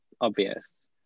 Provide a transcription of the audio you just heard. obvious